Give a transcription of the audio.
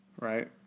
right